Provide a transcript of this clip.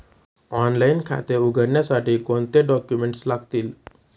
Online खाते उघडण्यासाठी कोणते डॉक्युमेंट्स लागतील?